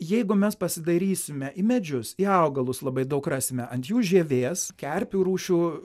jeigu mes pasidairysime į medžius į augalus labai daug rasime ant jų žievės kerpių rūšių